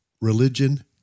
religion